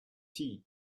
tea